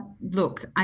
Look